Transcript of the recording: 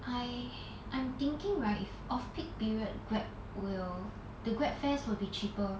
I I'm thinking right if off peak period Grab will the Grab fares will be cheaper